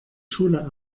schule